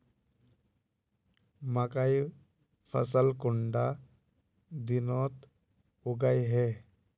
मकई फसल कुंडा दिनोत उगैहे?